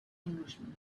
englishman